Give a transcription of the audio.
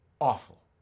awful